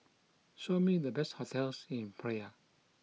Show me the best hotels in Praia